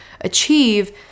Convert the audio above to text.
achieve